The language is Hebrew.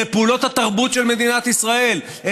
אלה פעולות התרבות של מדינת ישראל,